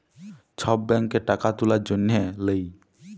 ছব ব্যাংকে টাকা তুলার জ্যনহে লেই